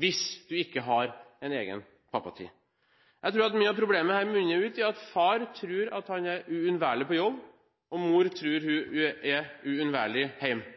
hvis du ikke har en egen pappatid. Jeg tror at mye av problemet her munner ut i at far tror at han er uunnværlig på jobb, og mor tror hun er uunnværlig hjemme.